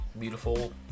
beautiful